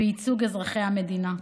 בייצוג אזרחי המדינה.